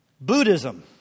Buddhism